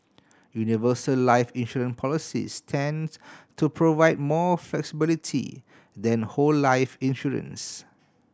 universal life insurance policies tend to provide more flexibility than whole life insurance